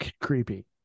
creepy